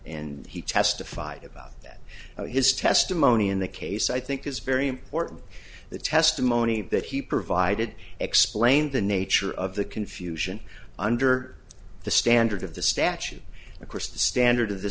and he testified about that his testimony in the case i think is very important the testimony that he provided explained the nature of the confusion under the standard of the statute of course the standard of the